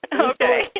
Okay